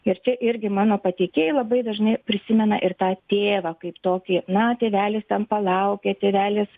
ir čia irgi mano patiekėjai labai dažnai prisimena ir tą tėvą kaip tokį na tėvelis ten palaukia tėvelis